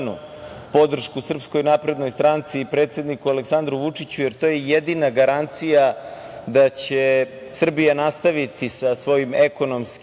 podršku SNS i predsedniku Aleksandru Vučiću, jer to je jedina garancija da će Srbija nastaviti sa svojim ekonomskim